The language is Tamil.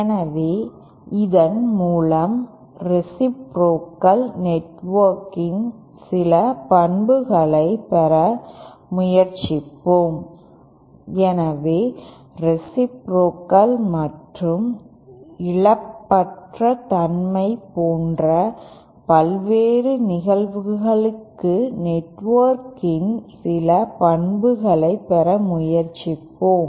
எனவே இதன் மூலம் ரேசிப்ரோகல் நெட்வொர்க்கின் சில பண்புகளை பெற முயற்சிப்போம் எனவே ரேசிப்ரோகல் மற்றும் இழப்பற்ற தன்மை போன்ற பல்வேறு நிகழ்வுகளுக்கு நெட்வொர்க்கின் சில பண்புகளை பெற முயற்சிப்போம்